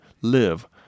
live